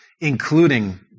including